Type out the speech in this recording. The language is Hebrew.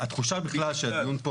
התחושה בכלל שהדיון פה